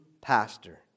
pastor